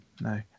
No